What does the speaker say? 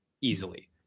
easily